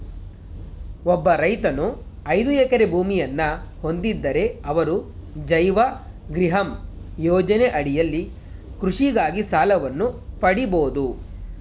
ಒಬ್ಬ ರೈತನು ಐದು ಎಕರೆ ಭೂಮಿಯನ್ನ ಹೊಂದಿದ್ದರೆ ಅವರು ಜೈವ ಗ್ರಿಹಮ್ ಯೋಜನೆ ಅಡಿಯಲ್ಲಿ ಕೃಷಿಗಾಗಿ ಸಾಲವನ್ನು ಪಡಿಬೋದು